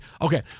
Okay